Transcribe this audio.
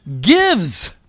gives